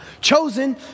chosen